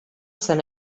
zen